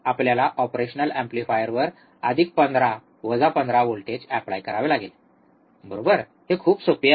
आपल्याला ऑपरेशनल एम्पलीफायरवर 15 15 voltage apply करावे लागेल बरोबर हे खूप सोपे आहे